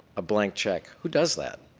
a blank check. who does that?